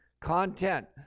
content